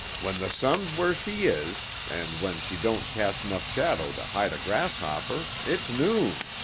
when the sun's where she is, and when she don't cast nough shadow to hide a grasshopper, it's noon.